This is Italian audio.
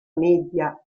media